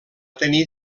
tenir